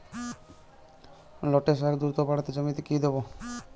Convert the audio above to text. লটে শাখ দ্রুত বাড়াতে জমিতে কি দেবো?